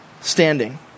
standing